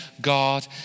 God